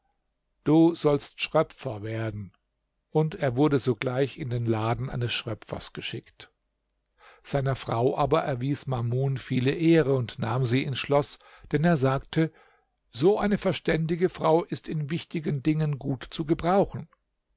du sollst schröpfer werden und er wurde sogleich in den laden eines schröpfers geschickt seiner frau aber erwies mamun viele ehre und nahm sie ins schloß denn er sagte so eine verständige frau ist in wichtigen dingen gut zu gebrauchen